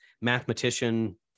mathematician